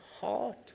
heart